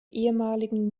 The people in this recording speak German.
ehemaligen